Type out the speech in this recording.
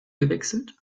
gewechselt